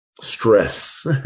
stress